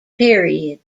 period